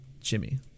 jimmy